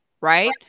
right